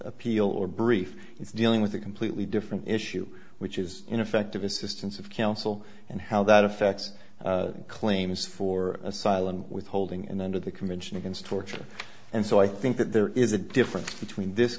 appeal or brief it's dealing with a completely different issue which is ineffective assistance of counsel and how that affects claims for asylum withholding and under the convention against torture and so i think there is a difference between this